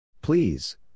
Please